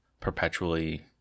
perpetually